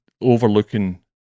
overlooking